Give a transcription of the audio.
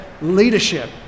leadership